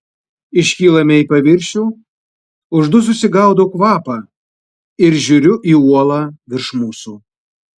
iškylame į paviršių uždususi gaudau kvapą ir žiūriu į uolą virš mūsų